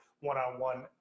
one-on-one